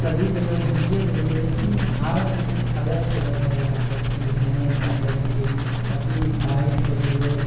सभी जगह घुमिये लेलियइ लेकिन भारतसँ किछु अलग जगह जाइ लए चाहय छियै घुमय लए चाहय छियै ताकि बाइकसँ जेबय